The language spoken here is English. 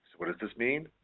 what does this mean?